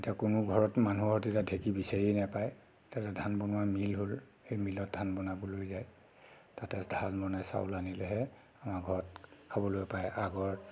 এতিয়া কোনো ঘৰত মানুহৰ তেতিয়া ঢেঁকী বিচাৰিয়েই নাপায় তাৰ পাছত ধান বনোৱা মিল হ'ল সেই মিলত ধান বনাবলৈ যায় তাতে ধান বনাই চাউল আনিলেহে আমাৰ ঘৰত খাবলৈ পায় আগৰ